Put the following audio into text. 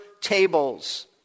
Tables